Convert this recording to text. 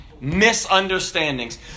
misunderstandings